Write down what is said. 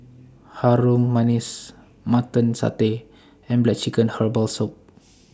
Harum Manis Mutton Satay and Black Chicken Herbal Soup